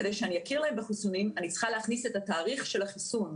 כדי שאני אכיר להם בחיסונים אני צריכה להכניס את התאריך של החיסון,